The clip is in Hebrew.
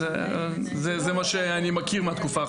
זה מה שאני מכיר מהתקופה האחרונה.